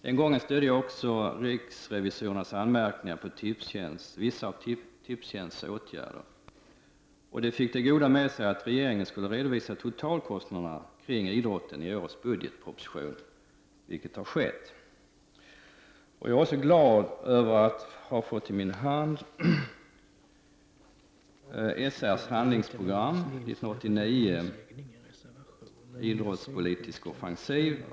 Den gången stödde jag också riksdagsrevisorernas anmärkningar på vissa av Tipstjänsts åtgärder. Det fick det goda med sig att regeringen måste redovisa totalkostnaderna för idrotten i årets budgetproposition, vilket också har skett. Jag är glad över att ha fått i min hand SR:s handlingsprogram för 1989, Idrottspolitisk offensiv.